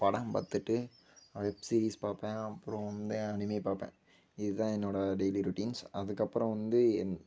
படம் பார்த்துட்டு web series பார்ப்பேன் அப்புறம் வந்து அனிமீ பார்ப்பேன் இதுதான் என்னோடய டெய்லி ரொட்டீன்ஸ் அதுக்கப்புறம் வந்து என்